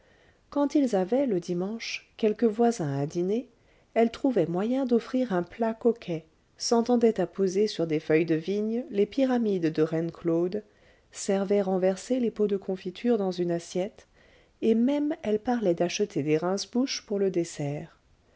quand ils avaient le dimanche quelque voisin à dîner elle trouvait moyen d'offrir un plat coquet s'entendait à poser sur des feuilles de vigne les pyramides de reines claudes servait renversés les pots de confitures dans une assiette et même elle parlait d'acheter des rince bouche pour le dessert